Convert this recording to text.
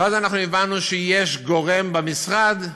ואז אנחנו הבנו שיש גורם במשרד,